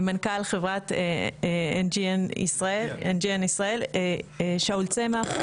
מנכ"ל חברת NGN ישראל, שאול צמח.